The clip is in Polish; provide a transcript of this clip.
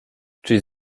czyś